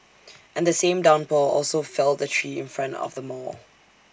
and the same downpour also felled A tree in front of the mall